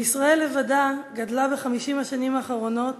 בישראל לבדה גדלה ב-50 השנים האחרונות